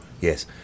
Yes